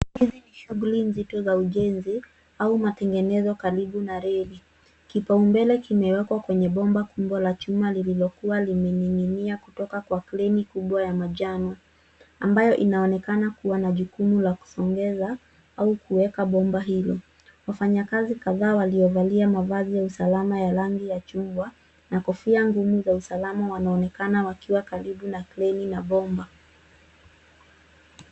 Hizi ni shughuli nzito za ujenzi au matengenezo karibu na reli. Kipaumbele kimewekwa kwenye bomba kubwa la chuma lililokuwa limening'inia kutoka kwa kreni kubwa ya njano, ambayo inaonekana kuwa na jukumu la kusongezwa au kuweka bomba hilo. Wafanyakazi kadhaa waliovalia mavazi ya usalama ya rangi ya chungwa na kofia ngumu za usalama wanaonekana wakiwa karibu na kreni na bomba.